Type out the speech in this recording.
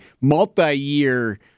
multi-year